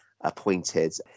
appointed